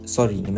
Sorry